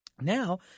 Now